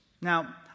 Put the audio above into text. Now